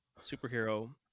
superhero